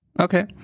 Okay